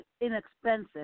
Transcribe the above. inexpensive